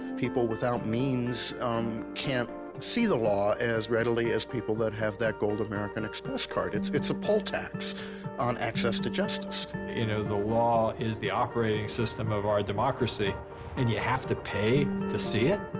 people without means can't see the law as readily as people that have that gold american express card. it's it's a poll? tax on access to justice. you know the law is the operating system of our democracy and you have to pay to see it?